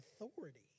authority